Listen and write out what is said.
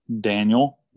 Daniel